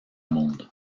monde